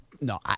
No